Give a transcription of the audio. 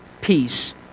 peace